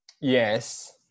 Yes